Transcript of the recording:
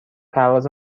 پرواز